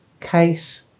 case